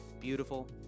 beautiful